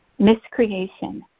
miscreation